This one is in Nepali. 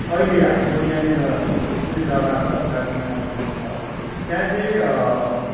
अहिले हाम्रो यहाँनिर जुन चाहिँ जग्गा छ दार्जिलिङ कालिम्पोङ छ त्यहाँ चाहिँ